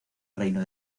reino